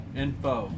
info